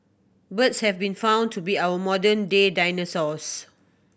birds have been found to be our modern day dinosaurs